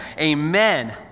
amen